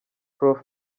prof